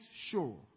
sure